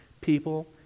people